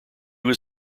was